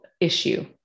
issue